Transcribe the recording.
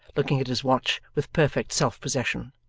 looking at his watch with perfect self-possession,